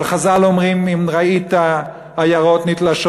אבל חז"ל אומרים: אם ראית עיירות נתלשות